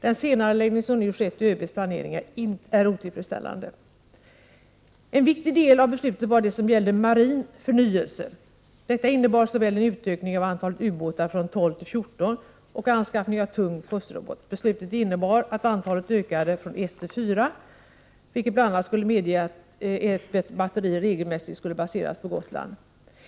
Den senareläggning som nu skett i ÖB:s planering är otillfredsställande. En viktig del av beslutet gällde marin förnyelse. Denna innebar såväl en utökning av antalet ubåtar från 12 till 14 som anskaffning av tung kustrobot. Beslutet innebar att antalet ökade från 1 till 4, vilket bl.a. skulle medge att ett batteri regelmässigt skulle kunna vara baserat på Gotland.